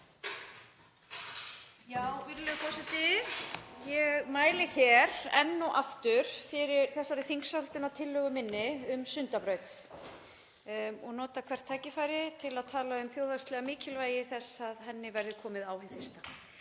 Virðulegur forseti. Ég mæli hér enn og aftur fyrir þessari þingsályktunartillögu minni um Sundabraut og nota hvert tækifæri til að tala um þjóðhagslegt mikilvægi þess að henni verði komið á hið fyrsta.